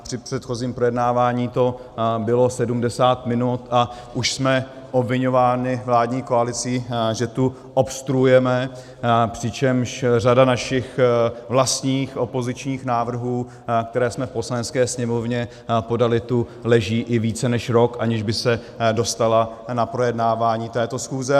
Při předchozím projednávání to bylo 70 minut, a už jsme obviňováni vládní koalicí, že tu obstruujeme, přičemž řada našich vlastních opozičních návrhů, které jsme v Poslanecké sněmovně podali, tu leží i více než rok, aniž by se dostala na projednávání této schůze.